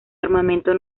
armamento